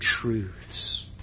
truths